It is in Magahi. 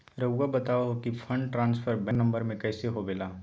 रहुआ बताहो कि fund transfer bank account number में कैसे होबेला?